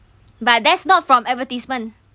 but that's not from advertisement